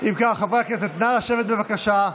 אם כך, חברי הכנסת, נא לשבת, בבקשה.